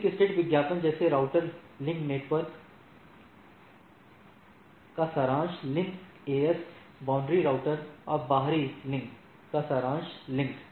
link state विज्ञापन जैसे router link network link network का सारांश लिंक एएस बाउंड्री राउटर और बाहरी लिंक का सारांश लिंक